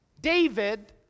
David